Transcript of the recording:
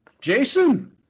Jason